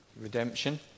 redemption